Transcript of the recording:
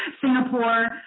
Singapore